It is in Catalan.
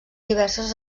diverses